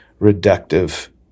reductive